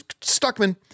Stuckman